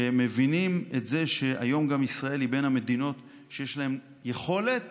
שהם מבינים שהיום גם ישראל היא מהמדינות שיש להן יכולת